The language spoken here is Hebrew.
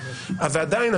ועדיין,